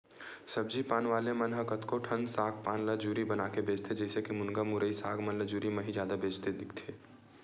सब्जी पान वाले मन ह कतको ठन साग पान ल जुरी बनाके बेंचथे, जइसे के मुनगा, मुरई, साग मन ल जुरी म ही जादा बेंचत दिखथे